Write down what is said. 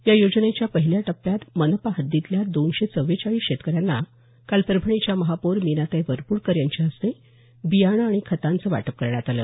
या योजनेच्या पहिल्या टप्प्यात मनपा हद्दीतल्या दोनशे चव्वेचाळीस शेतकऱ्यांना काल परभणीच्या महापौर मीनाताई वरपूडकर यांच्या हस्ते बियाणे आणि खताचं वाटप करण्यात आलं